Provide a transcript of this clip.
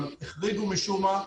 אבל החריגו משום מה,